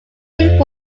killed